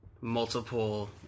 multiple